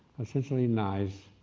essentially nice,